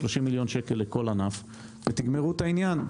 30 מיליון שקל לכל ענף ותגמרו את העניין,